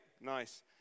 Nice